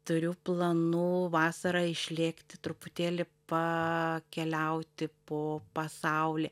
turiu planų vasarą išlėkti truputėlį pa keliauti po pasaulį